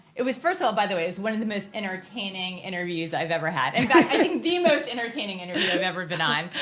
it was first of all, by the way, it was one of the most entertaining interviews i've ever had, in fact, i think the most entertaining interview i've ever been on.